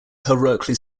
heroically